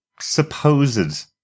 supposed